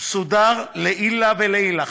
מסודר לעילא ולעילא.